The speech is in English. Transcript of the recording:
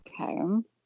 Okay